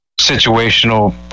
situational